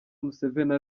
museveni